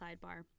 sidebar